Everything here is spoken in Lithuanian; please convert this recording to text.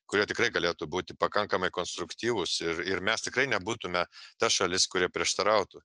kurie tikrai galėtų būti pakankamai konstruktyvūs ir ir mes tikrai nebūtume ta šalis kuri prieštarautų